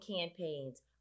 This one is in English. campaigns